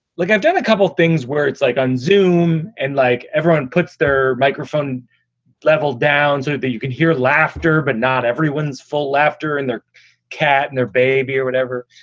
look, i've done a couple of things where it's like on zoome and like everyone puts their microphone level down so that you can hear laughter, but not everyone's full laughter and their cat and their baby or whatever.